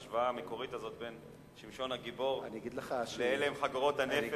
ההשוואה המקורית בין שמשון הגיבור לבין אלה עם חגורות הנפץ